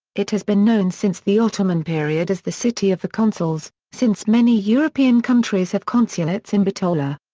it has been known since the ottoman period as the city of the consuls, since many european countries have consulates in bitola.